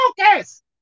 focus